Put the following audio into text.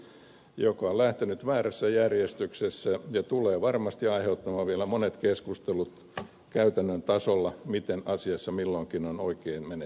epäsymmetrinen laki joka on lähtenyt väärässä järjestyksessä ja tulee varmasti aiheuttamaan vielä monet keskustelut käytännön tasolla miten asiassa milloinkin on oikein meneteltävä